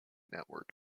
network